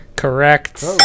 Correct